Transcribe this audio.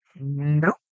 Nope